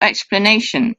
explanation